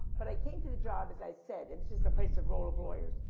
but i came to the job as i said and this is a place of role of lawyers,